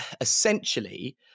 essentially